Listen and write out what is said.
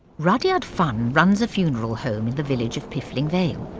rudyard funn runs a funeral home in the village of piffling vale.